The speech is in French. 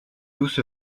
douce